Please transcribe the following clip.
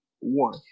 One